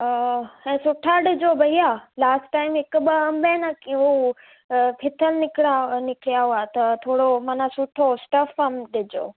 हाणे सुठा ॾिजो भैया लास्ट टाइम हिक ॿ अंब आहे न की हू फिथल निकिरा निकला हुआ त थोरो मन सुठो स्टफ़ अंब ॾिजो